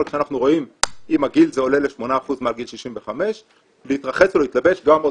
אבל עם הגיל זה עולה ל-8% מעל גיל 65. להתרחץ ולהתלבש זה גם עוד